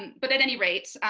but at any rate,